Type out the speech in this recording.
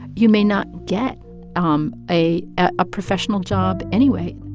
you may not get um a ah professional job anyway